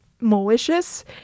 malicious